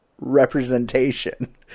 representation